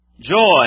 Joy